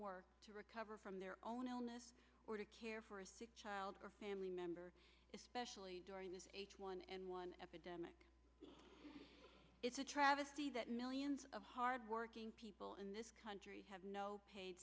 work to recover from their own illness or to care for a sick child or family member especially during this one and one epidemic it's a travesty that millions of hardworking people in this country have no